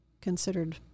considered